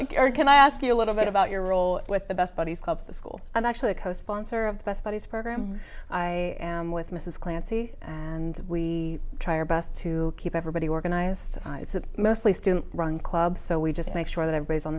you can i ask you a little bit about your role with the best buddies club the school i'm actually a co sponsor of the best buddies program i am with mrs clancy and we try our best to keep everybody organized mostly student run club so we just make sure that everybody's on